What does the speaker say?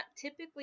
typically